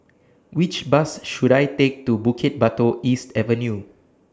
Which Bus should I Take to Bukit Batok East Avenue